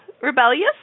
rebellious